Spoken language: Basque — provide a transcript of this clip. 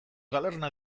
galerna